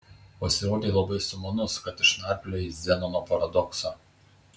pasirodei labai sumanus kad išnarpliojai zenono paradoksą